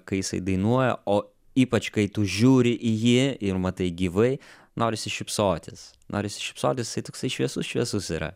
kai jisai dainuoja o ypač kai tu žiūri į jį ir matai gyvai norisi šypsotis norisi šypsotis sai toksai šviesus šviesus yra